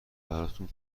براتون